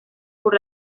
por